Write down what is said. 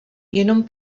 jenom